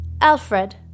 Alfred